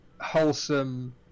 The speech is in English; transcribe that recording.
wholesome